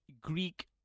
Greek